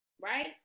right